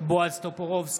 בועז טופורובסקי,